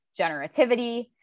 generativity